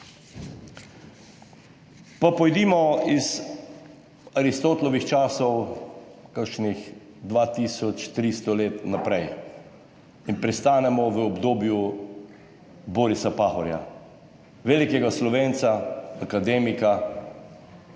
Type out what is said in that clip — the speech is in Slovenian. Pa pojdimo iz Aristotelovih časov kakšnih 2 tisoč 300 let naprej in pristanemo v obdobju Borisa Pahorja, velikega Slovenca, akademika,